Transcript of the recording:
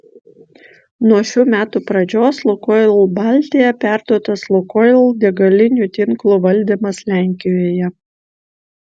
nuo šių metų pradžios lukoil baltija perduotas lukoil degalinių tinklo valdymas lenkijoje